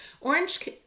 orange